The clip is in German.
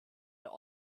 der